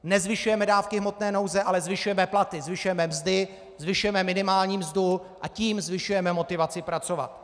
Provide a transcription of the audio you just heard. Nezvyšujeme dávky hmotné nouze, ale zvyšujeme platy, zvyšujeme mzdy, zvyšujeme minimální mzdu, a tím zvyšujeme motivaci pracovat!